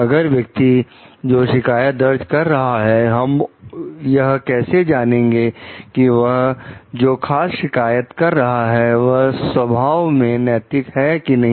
अगर व्यक्ति जो शिकायत दर्ज कर रहा है हम यह कैसे जानेंगे कि वह जो खास शिकायत कर रहा है वह स्वभाव में नैतिक है कि नहीं